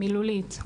מילולית,